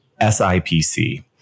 SIPC